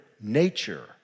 nature